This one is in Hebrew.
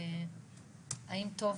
האם טוב,